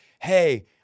hey